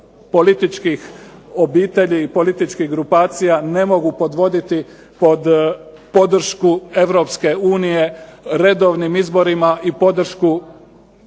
političkih obitelji i političkih grupacija ne mogu podvoditi pod podršku europske unije, redovnim izborima i podršku